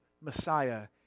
Messiah